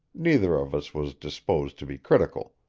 neither of us was disposed to be critical.